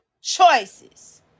choices